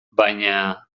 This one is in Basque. baina